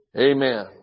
Amen